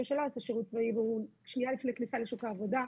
והוא שנייה לפני כניסה לשוק העבודה.